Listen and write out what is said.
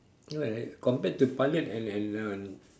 you know what compared to pilot and and uh